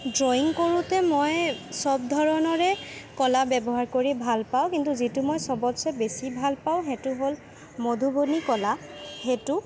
drawing কৰোঁতে মই চব ধৰণৰে কলা ব্যৱহাৰ কৰি ভাল পাওঁ কিন্তু যিটো মই চবতচে বেছি ভাল পাওঁ সেইটো হ'ল মধুবনী কলা সেইটো